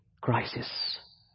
crisis